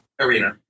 Arena